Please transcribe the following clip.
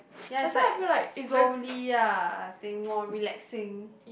ya is like slowly ah I think more relaxing